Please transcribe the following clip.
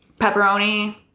pepperoni